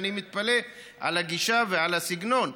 אני מתפלא על הגישה ועל הסגנון.